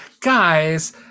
guys